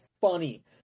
funny